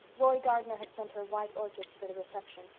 roy gardner had sent her white orchids for the reception,